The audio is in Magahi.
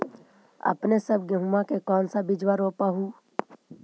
अपने सब गेहुमा के कौन सा बिजबा रोप हू?